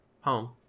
home